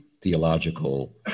theological